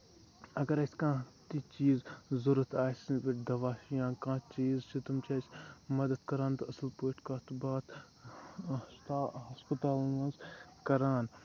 اَگر اَسہِ کانٛہہ تہِ چیٖز ضروٗرت آسہِ دواہ یا کانٛہہ چیٖز چھُ تِم چھِ اَسہِ مدتھ کران تہٕ اَصٕل پٲٹھۍ کَتھ باتھ ہسپا ہسپَتالَن منٛز کران